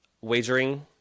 Wagering